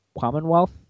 commonwealth